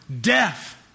death